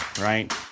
Right